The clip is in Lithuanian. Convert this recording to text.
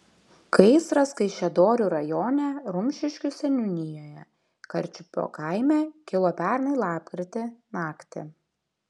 gaisras kaišiadorių rajone rumšiškių seniūnijoje karčiupio kaime kilo pernai lapkritį naktį